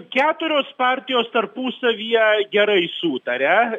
keturios partijos tarpusavyje gerai sutaria